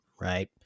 right